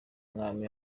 mwami